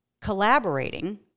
collaborating